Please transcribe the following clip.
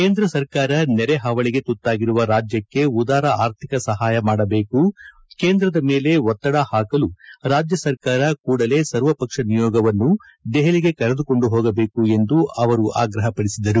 ಕೇಂದ್ರ ಸರ್ಕಾರ ನೆರೆ ಹಾವಳಿಗೆ ತುತ್ತಾಗಿರುವ ರಾಜ್ಯಕ್ಕೆ ಉದಾರ ಆರ್ಥಿಕ ಸಹಾಯ ಮಾಡಬೇಕು ಕೇಂದ್ರದ ಮೇಲೆ ಒತ್ತದ ಹಾಕಲು ರಾಜ್ಯ ಸರ್ಕಾರ ಕೂಡಲೇ ಸರ್ವಪಕ್ಷ ನಿಯೋಗವನ್ನು ದೆಹಲಿಗೆ ಕರೆದುಕೊಂಡು ಹೋಗಬೇಕು ಎಂದು ಅವರು ಆಗ್ರಹಪದಿಸಿದ್ದಾರೆ